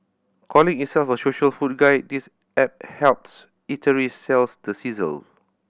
calling itself a social food guide this app helps eateries sell the sizzle